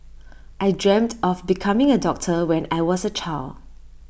I dreamt of becoming A doctor when I was A child